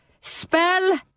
Spell